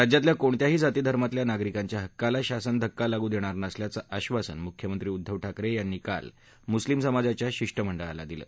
राज्यातल्या कोणत्याही जाती धर्मातल्या नागरिकांच्या हक्काला शासन धक्का लागू देणार नसल्याचं आधासन मुख्यमंत्री उद्धव ठाकरे यांनी काल मुस्लिम समाजाच्या शिष्टमंडळाला दिलं